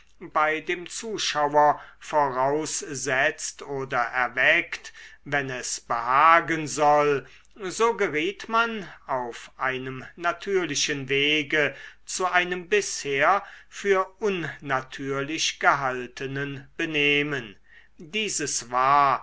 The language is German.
bei dem zuschauer voraussetzt oder erweckt wenn es behagen soll so geriet man auf einem natürlichen wege zu einem bisher für unnatürlich gehaltenen benehmen dieses war